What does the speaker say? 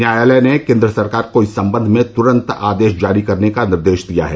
न्यायालय ने केंद्र सरकार को इस संबंध में त्रंत आदेश जारी करने का निर्देश दिया है